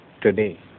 today